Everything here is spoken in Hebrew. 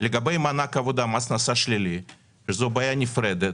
לגבי מענק עבודה, מס הכנסה שלילי, זו בעיה נפרדת.